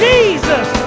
Jesus